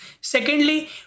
secondly